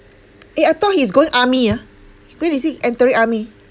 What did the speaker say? eh I thought he's going army ah when is he entering army